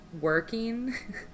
working